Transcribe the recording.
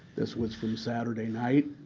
this was from saturday night.